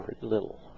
little